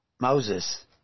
Moses